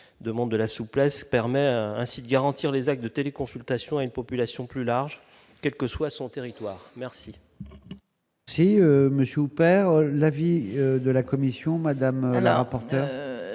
demande de la souplesse permet ainsi de garantir les actes de téléconsultation une population plus large: quel que soit son territoire merci. Si monsieur opère l'avis de la commission Madame. La porte,